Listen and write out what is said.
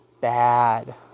bad